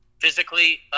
physically